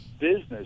business